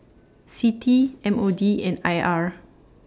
CITI M O D and I R